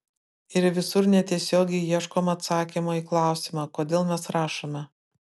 ir visur netiesiogiai ieškoma atsakymo į klausimą kodėl mes rašome